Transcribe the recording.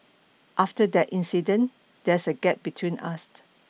after that incident there's a gap between us